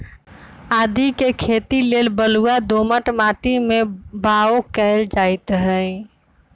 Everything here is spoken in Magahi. आदीके खेती लेल बलूआ दोमट माटी में बाओ कएल जाइत हई